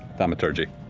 thaumaturgy.